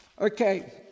Okay